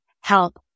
help